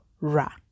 ra